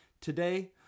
Today